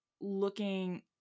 looking